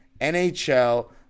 NHL